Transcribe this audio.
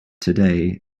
today